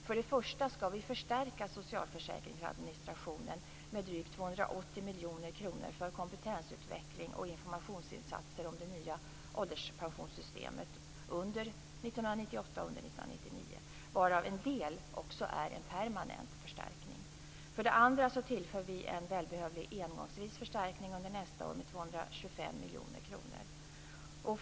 För det första skall vi förstärka socialförsäkringsadministrationen med drygt 280 miljoner kronor för kompetensutveckling och informationsinsatser om det nya ålderspensionssystemet under 1998 och 1999, varav en del också är permanent förstärkning. För det andra tillför vi en välbehövlig engångsvis förstärkning under nästa år med 225 miljoner kronor.